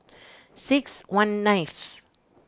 six one nineth